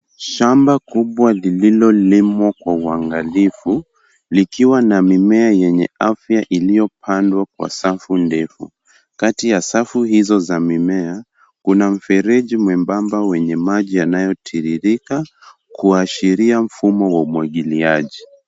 Shamba kubwa lililolimwa kwa uangalifu, likiwa na mimea yenye afya iliyopandwa kwa safu ndefu. Kati ya safu za mimea, kuna mfereji mwembamba wenye maji yanayotiririka kuashiria mfumo wa umwagiliaji.